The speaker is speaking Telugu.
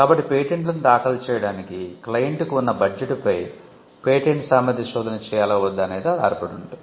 కాబట్టి పేటెంట్లను దాఖలు చేయడానికి క్లయింట్కు ఉన్న బడ్జెట్పై పేటెంట్ సామర్థ్య శోధన చేయాలా వద్దా అనేది ఆధారపడి ఉంటుంది